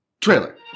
Trailer